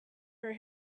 her